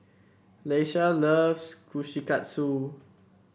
Ieshia loves Kushikatsu